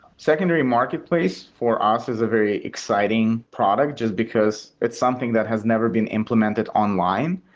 secondary market place for us is a very exciting product just because it's something that has never been implemented online.